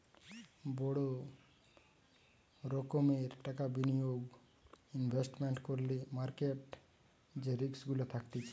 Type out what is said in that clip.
বড় রোকোমের টাকা বিনিয়োগ ইনভেস্টমেন্ট করলে মার্কেট যে রিস্ক গুলা থাকতিছে